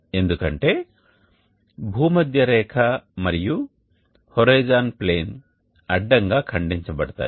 ఎందుకంటే భూమధ్య రేఖ మరియు హోరిజోన్ ప్లేన్ అడ్డంగా ఖండించబడతాయి